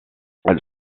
elle